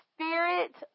Spirit